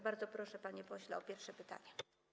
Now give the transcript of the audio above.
Bardzo proszę, panie pośle, o pierwsze pytanie.